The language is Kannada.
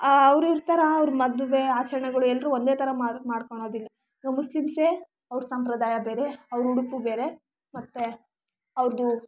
ಅವರು ಇರ್ತಾರೆ ಅವರ ಮದುವೆ ಆಚರಣೆಗಳು ಎಲ್ಲರೂ ಒಂದೇ ಥರ ಮಾಡಿ ಮಾಡ್ಕೋಳ್ಳೋದಿಲ್ಲ ಆ ಮುಸ್ಲಿಮ್ಸೆ ಅವರ ಸಂಪ್ರದಾಯ ಬೇರೆ ಅವರ ಉಡುಪು ಬೇರೆ ಮತ್ತೆ ಅವ್ರದ್ದು